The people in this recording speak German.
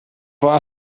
war